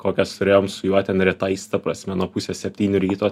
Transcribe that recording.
kokias turėjom su juo ten rytais ta prasme nuo pusės septynių ryto